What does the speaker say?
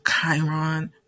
Chiron